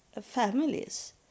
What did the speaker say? families